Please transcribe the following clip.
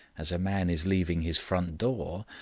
as a man is leaving his front door,